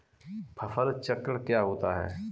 फसल चक्रण क्या होता है?